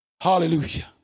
hallelujah